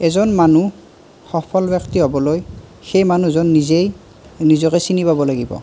এজন মানুহ সফল ব্যক্তি হ'বলৈ সেই মানুহজন নিজেই নিজকে চিনি পাব লাগিব